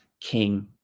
king